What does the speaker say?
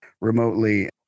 remotely